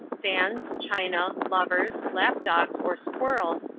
fans, china, lovers, lap-dogs, or squirrels,